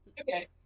Okay